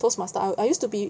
Toastmasters I used to be